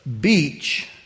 beach